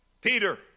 Peter